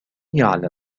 يعلم